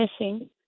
missing